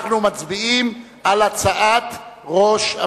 אנחנו מצביעים על הודעת ראש הממשלה.